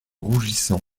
rougissant